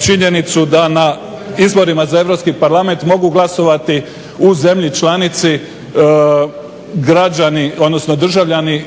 činjenicu da na izborima za Europski parlament mogu glasovati u zemlji članici građani, odnosno državljani